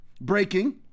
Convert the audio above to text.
breaking